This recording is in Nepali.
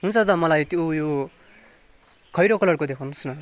हुन्छ हुन्छ मलाई त्यो ऊ यो खैरो कलरको देखाउनुहोस् न